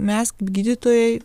mes gydytojai